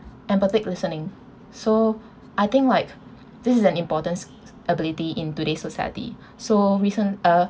empathic listening so I think like this is an important s~ s~ ability in today society so recent uh